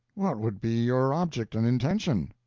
what would be your object and intention?